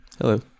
Hello